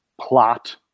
plot